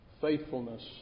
faithfulness